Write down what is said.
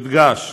יודגש